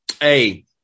hey